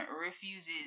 refuses